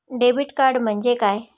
Debit card म्हणजे काय?